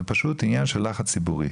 זה פשוט עניין של לחץ ציבורי.